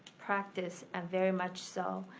practice, and very much so.